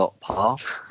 Path